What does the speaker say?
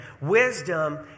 Wisdom